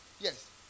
Yes